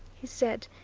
he said,